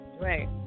Right